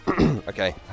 Okay